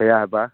ꯀꯌꯥ ꯍꯥꯏꯕ